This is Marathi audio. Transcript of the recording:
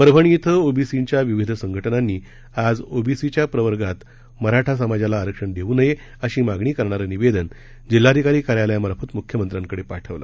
परभणी इथं ओबीसीच्या विविध संघटनांनी आज ओबीसीच्या प्रवर्गात मराठा समाजाला आरक्षण देव् नये अशी मागणी करणार निवेदन जिल्हाधिकारी कार्यालयामार्फत मुख्यमंत्र्यांकडे पाठवलं